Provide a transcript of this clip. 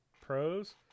Pros